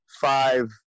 five